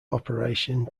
operation